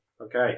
okay